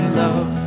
love